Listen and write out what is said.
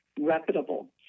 reputable